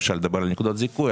אפשר לדבר על נקודות זיכוי,